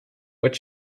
what